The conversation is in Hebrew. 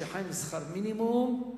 שחי משכר מינימום,